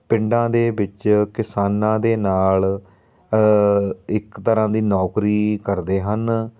ਪਿੰਡਾਂ ਦੇ ਵਿੱਚ ਕਿਸਾਨਾਂ ਦੇ ਨਾਲ਼ ਇੱਕ ਤਰ੍ਹਾਂ ਦੀ ਨੌਕਰੀ ਕਰਦੇ ਹਨ